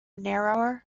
narrower